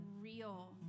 real